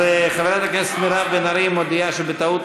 אז חברת הכנסת מירב בן ארי מודיעה שבטעות